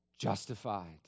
justified